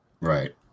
Right